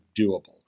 doable